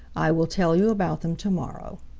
i will tell you about them to-morrow.